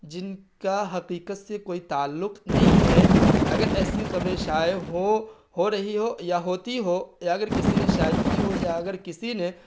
جن کا حقیقت سے کوئی تعلق نہیں ہے اگر ایسی خبریں شائع ہو ہو رہی ہو یا ہوتی ہو یا اگر کسی نے شائع کی ہو یا اگر کسی نے